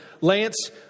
Lance